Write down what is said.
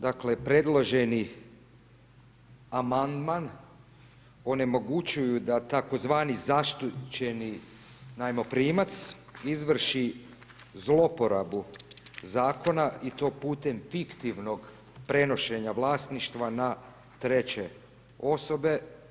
Dakle, predloženi amandman onemogućuju da tzv. zaštićeni najmoprimac izvrši zloporabu Zakona i to putem fiktivnog prenošenja vlasništva na treće osobe.